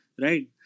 right